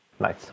Nice